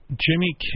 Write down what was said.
Jimmy